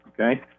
okay